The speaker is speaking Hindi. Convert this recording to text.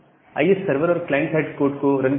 आइए सर्वर और क्लाइंट साइड कोड को रन करते हैं